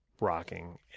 rocking